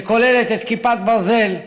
שכוללת את כיפת ברזל,